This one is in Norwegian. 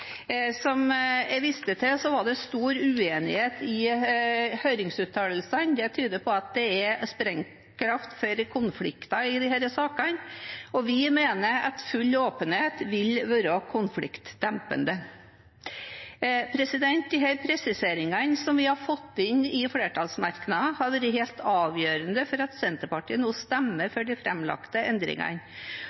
Som jeg viste til, var det stor uenighet i høringsuttalelsene. Det tyder på at det er sprengkraft for konflikter i disse sakene, og vi mener at full åpenhet vil være konfliktdempende. Disse presiseringene, som vi har fått inn i flertallsmerknadene, har vært helt avgjørende for at Senterpartiet nå stemmer for de framlagte endringene,